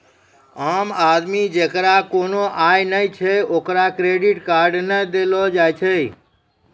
आम आदमी जेकरा कोनो आय नै छै ओकरा क्रेडिट कार्ड नै देलो जाय छै